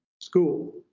school